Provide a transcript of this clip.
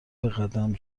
بقدم